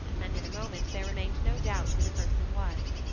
and in a moment there remained no doubt who the person was.